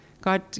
God